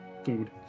Food